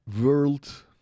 world